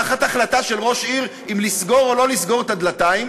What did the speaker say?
תחת החלטה של ראש עיר אם לסגור או לא לסגור את הדלתיים,